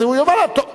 אז הוא יאמר: טוב,